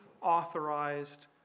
authorized